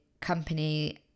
company